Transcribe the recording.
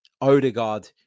Odegaard